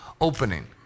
opening